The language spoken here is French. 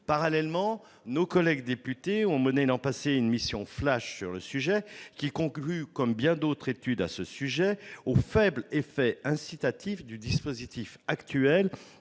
Parallèlement, nos collègues députés ont mené l'an passé une mission « flash » sur le sujet, qui conclut, comme bien d'autres études, au faible effet incitatif du dispositif actuel